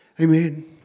Amen